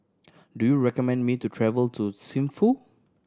do you recommend me to travel to Thimphu